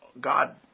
god